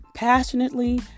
Passionately